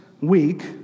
week